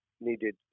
needed